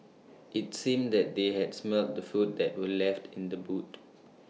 IT seemed that they had smelt the food that were left in the boot